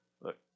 Look